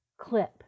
clip